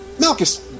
Malchus